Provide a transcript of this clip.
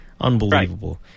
unbelievable